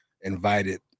invited